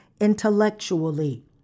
intellectually